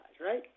right